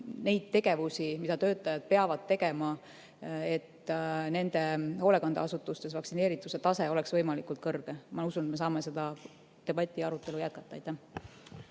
neid tegevusi, mida töötajad peavad tegema, et nende hoolekandeasutustes vaktsineerituse tase oleks võimalikult kõrge. Ma usun, et me saame seda debatti ja arutelu jätkata. Aitäh,